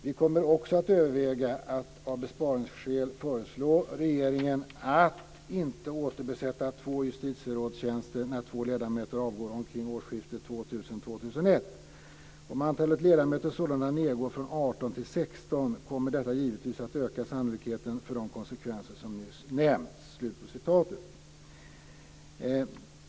- Vi kommer också att överväga att av besparingsskäl föreslå regeringen att inte återbesätta två justitierådstjänster när två ledamöter avgår omkring årsskiftet 2000/2001. Om antalet ledamöter sålunda nedgår från 18 till 16, kommer detta givetvis att öka sannolikheten för de konsekvenser som nyss nämnts."